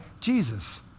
Jesus